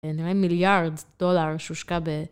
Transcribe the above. נראה לי מיליארד דולר שהושקע ב...